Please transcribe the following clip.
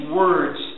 words